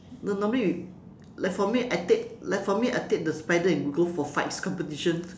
no normally we like for me I take like for me I take the spider and go for fights competition